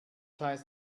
heißt